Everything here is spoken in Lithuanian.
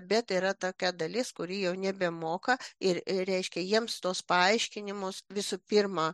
bet yra tokia dalis kuri jau nebemoka ir reiškia jiems tuos paaiškinimus visų pirma